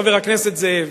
חבר הכנסת זאב,